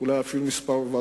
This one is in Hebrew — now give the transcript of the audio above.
אולי אפילו מספר גדול של